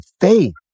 faith